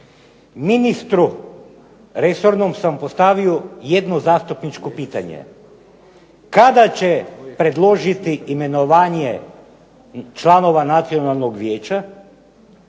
ministru resornom sam postavio jedno zastupničko pitanje. Kada će predložiti imenovanje članova Nacionalnog vijeća